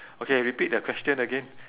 okay repeat the question again